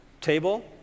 table